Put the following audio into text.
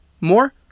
More